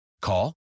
Call